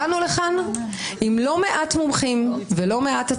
באנו לכאן עם לא מעט מומחים והצעות,